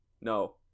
no